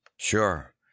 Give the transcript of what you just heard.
Sure